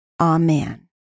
Amen